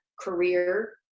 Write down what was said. career